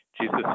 Jesus